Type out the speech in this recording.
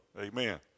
Amen